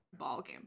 ballgame